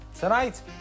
Tonight